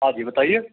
हाँ जी बताइए